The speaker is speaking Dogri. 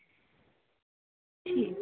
ठीक